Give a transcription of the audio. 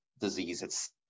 disease